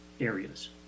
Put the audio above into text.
areas